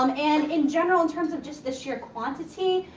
um and in general, in terms of just the sheer quantity,